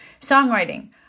songwriting